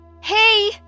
hey